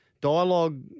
dialogue